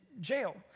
jail